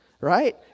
Right